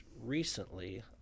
recently